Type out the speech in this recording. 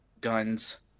guns